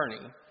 journey